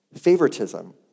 favoritism